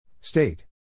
State